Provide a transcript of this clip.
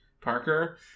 Parker